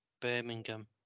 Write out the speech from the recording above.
Birmingham